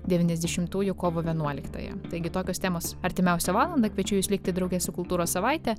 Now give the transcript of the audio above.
devyniasdešimtųjų kovo vienuoliktąją taigi tokios temos artimiausią valandą kviečiu jus likti drauge su kultūros savaite